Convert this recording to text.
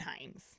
times